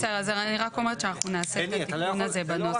בסדר אז אני רק אומרת שאנחנו נעשה את התיקו הזה בנוסח,